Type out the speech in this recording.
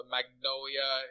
Magnolia